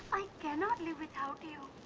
i cannot live without you.